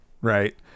right